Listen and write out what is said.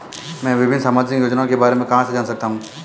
मैं विभिन्न सामाजिक योजनाओं के बारे में कहां से जान सकता हूं?